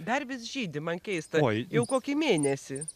dar vis žydi man keista jau kokį mėnesį